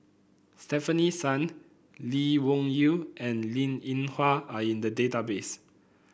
Stefanie Sun Lee Wung Yew and Linn In Hua are in the database